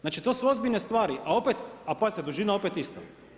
Znači to su ozbiljne stvari, a opet, a pazite dužina opet ista.